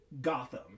Gotham